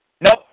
Nope